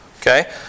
Okay